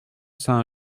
saint